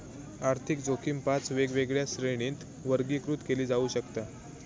आर्थिक जोखीम पाच वेगवेगळ्या श्रेणींत वर्गीकृत केली जाऊ शकता